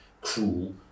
cruel